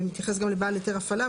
ומתייחס גם לבעל היתר הפעלה.